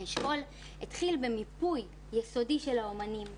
האשכול התחיל במיפוי יסודי של האומנים בגליל,